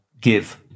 give